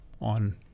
on